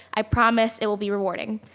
i promise it will be rewarding.